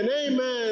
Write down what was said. amen